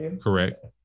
correct